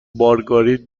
مارگارین